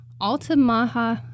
Altamaha